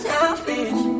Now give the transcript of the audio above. Selfish